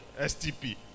STP